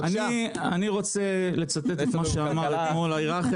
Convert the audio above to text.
אני רוצה לצטט את מה שאמר אתמול ההירארכיה